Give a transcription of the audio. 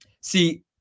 See